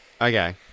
Okay